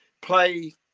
play